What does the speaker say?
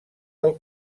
del